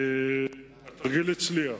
1 2. התרגיל הצליח.